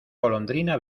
golondrina